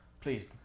please